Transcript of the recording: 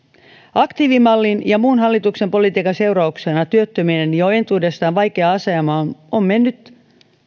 aktiivimallin ja muun hallituksen politiikan seurauksena työttömien jo entuudestaan vaikea asema on mennyt